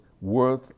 worth